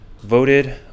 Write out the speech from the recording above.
voted